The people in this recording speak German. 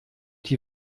die